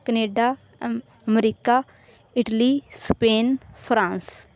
Canada America Italy Spain France